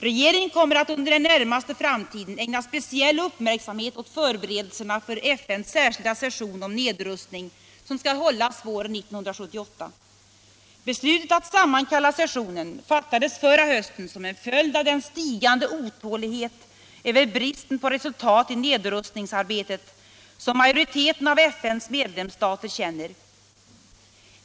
Regeringen kommer att under den närmaste framtiden ägna speciell uppmärksamhet åt förberedelserna för FN:s särskilda session om nedrustning, som skall hållas våren 1978. Beslutet att sammankalla sessionen fattades förra hösten som en följd av den stigande otålighet över bristen på resultat i nedrustningsarbetet som majoriteten av FN:s medlemsstater känner.